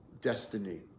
destiny